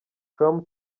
com